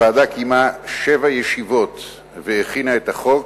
הוועדה קיימה שבע ישיבות והכינה את החוק.